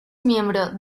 miembro